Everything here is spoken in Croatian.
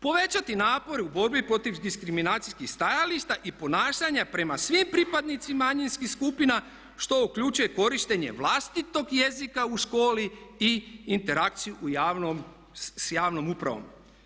Povećati napore u borbi protiv diskriminacijskih stajališta i ponašanja prema svim pripadnicima manjinskih skupina što uključuje korištenje vlastitog jezika u školi i interakciju s javnom upravom.